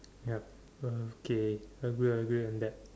ya okay agree agree on that